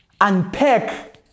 unpack